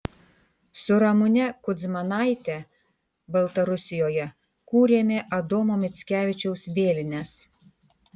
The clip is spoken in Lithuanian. su ramune kudzmanaite baltarusijoje kūrėme adomo mickevičiaus vėlines